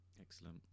Excellent